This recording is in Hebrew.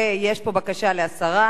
של חבר הכנסת גפני,